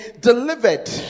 delivered